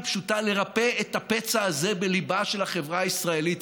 פשוטה: לרפא את הפצע הזה בליבה של החברה הישראלית.